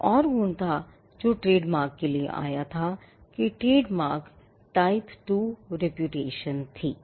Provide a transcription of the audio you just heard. एक और गुण था जो ट्रेडमार्क के लिए आया था कि ट्रेडमार्क type two reputation थी